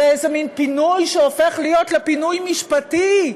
איזה מין פינוי שהופך להיות פינוי משפטי,